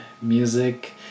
music